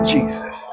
Jesus